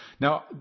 Now